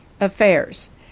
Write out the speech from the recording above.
Affairs